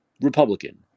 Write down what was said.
Republican